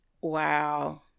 wow